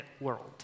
world